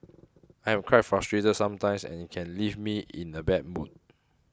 I am quite frustrated sometimes and it can leave me in a bad mood